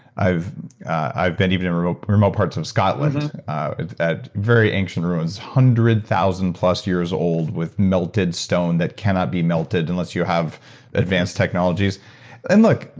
i've i've been even in remote remote parts of scotland at very ancient ruins, hundred thousand plus years old with melted stone that cannot be melted unless you have advanced technologies and look,